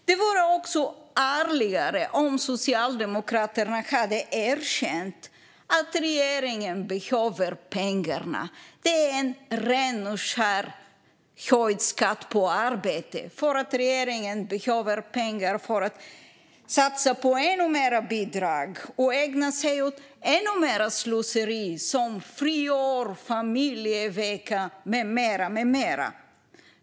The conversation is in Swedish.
Det vore också ärligare om Socialdemokraterna hade erkänt att regeringen behöver pengarna. Det är en ren och skär höjd skatt på arbete, för regeringen behöver pengar för att satsa på ännu mer bidrag och kunna ägna sig åt ännu mer slöseri, som friår, familjevecka med mera.